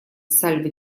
сальвы